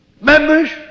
Members